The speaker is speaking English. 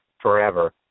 forever